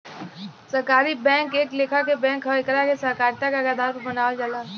सहकारी बैंक एक लेखा के बैंक ह एकरा के सहकारिता के आधार पर बनावल जाला